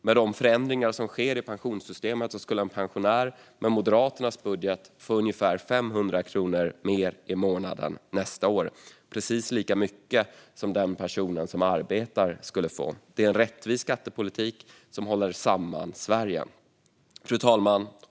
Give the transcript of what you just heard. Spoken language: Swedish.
Med de förändringar som sker i pensionssystemet skulle en pensionär med Moderaternas budget få ungefär 500 kronor mer i månaden nästa år, vilket är precis lika mycket som den personen som arbetar skulle få. Det är en rättvis skattepolitik som håller samman Sverige. Fru talman!